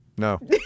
No